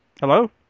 Hello